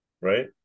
Right